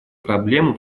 проблему